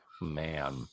Man